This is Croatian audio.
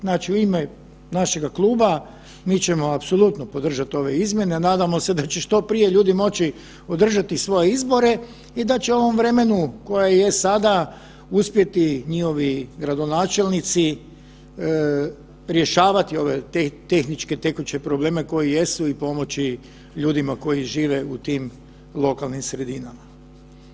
Znači u ime našega kluba mi ćemo apsolutno podržati ove izmjene, a nadamo se da će što prije ljudi moći održati svoje izbore i da će u ovom vremenu koje je sada uspjeti njihovi gradonačelnici rješavati ove tehničke, tekuće probleme koji jesu i pomoći ljudima koji žive u tim lokalnim sredinama.